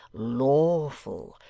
lawful,